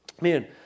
Man